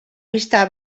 pista